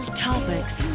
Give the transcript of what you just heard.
topics